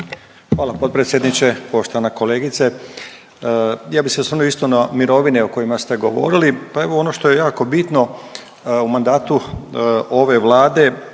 Hvala potpredsjedniče. Poštovana kolegice, ja bi se osvrnuo isto na mirovine o kojima ste govorili. Pa evo ono što je jako bitno, u mandatu ove Vlade